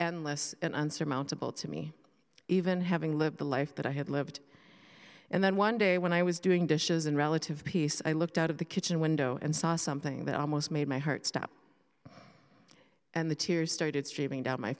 and less an unsurmountable to me even having lived the life that i had lived and then one day when i was doing dishes in relative peace i looked out of the kitchen window and saw something that almost made my heart stop and the tears started streaming down my